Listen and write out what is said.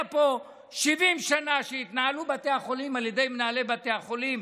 70 שנה בתי החולים התנהלו על ידי מנהלי בתי החולים,